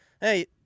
hey